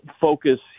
focus